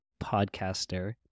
podcaster